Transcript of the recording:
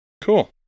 cool